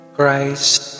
Christ